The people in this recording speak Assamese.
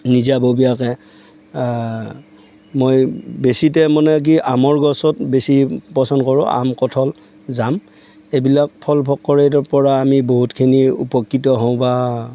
নিজাববীয়াকে মই বেছিতে মানে কি আমৰ গছত বেছি পছন্দ কৰোঁ আম কঠল জাম এইবিলাক ফল ফক্কৰেটৰ পৰা আমি বহুতখিনি উপকৃত হওঁ বা